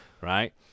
Right